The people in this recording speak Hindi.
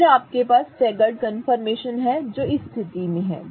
तो फिर आपके पास स्टेगर्ड कन्फर्मेशन है जो इस स्थिति में है